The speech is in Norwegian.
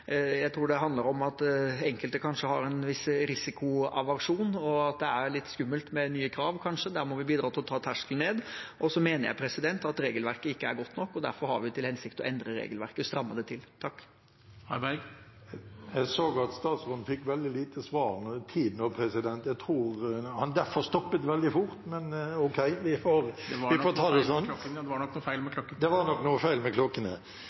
om at enkelte – tror jeg – kanskje har en viss risikoaversjon, og at det kan være litt skummelt med nye krav. Der må vi bidra til å ta terskelen ned. Jeg mener også at regelverket ikke er godt nok, og derfor har vi til hensikt å endre regelverket og stramme det til. Jeg så at statsråden fikk veldig lite svartid nå, president, og jeg tror han derfor stoppet veldig fort. Det var nok noe feil med klokken. Det var nok noe feil med